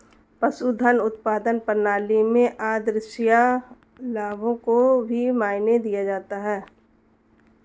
पशुधन उत्पादन प्रणाली में आद्रशिया लाभों को भी मायने दिया जाता है